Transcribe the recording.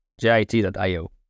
Jit.io